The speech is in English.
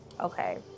okay